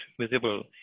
visible